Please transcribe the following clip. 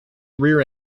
rear